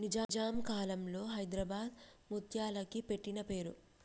నిజాం కాలంలో హైదరాబాద్ ముత్యాలకి పెట్టిన పేరు